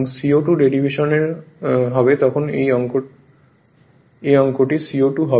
সুতরাং co2 derivation হবে তখন এই অঙ্কটি co2 হবে না